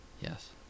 Yes